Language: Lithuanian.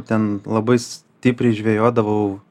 ten labai stipriai žvejodavau